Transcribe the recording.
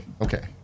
okay